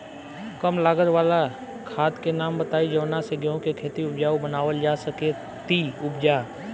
कम लागत वाला खाद के नाम बताई जवना से गेहूं के खेती उपजाऊ बनावल जा सके ती उपजा?